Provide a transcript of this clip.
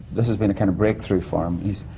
this has been a kind of break through for him. he's.